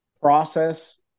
process